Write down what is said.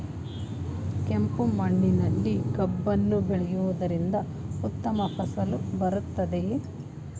ಕೆಂಪು ಮಣ್ಣಿನಲ್ಲಿ ಕಬ್ಬನ್ನು ಬೆಳೆಯವುದರಿಂದ ಉತ್ತಮ ಫಸಲು ಬರುತ್ತದೆಯೇ?